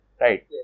right